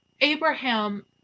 Abraham